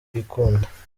bikunda